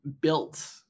built